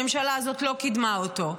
הממשלה הזאת לא קידמה אותו,